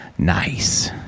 Nice